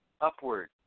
upward